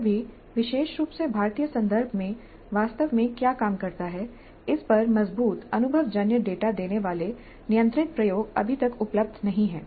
फिर भी विशेष रूप से भारतीय संदर्भ में वास्तव में क्या काम करता है इस पर मजबूत अनुभवजन्य डेटा देने वाले नियंत्रित प्रयोग अभी तक उपलब्ध नहीं हैं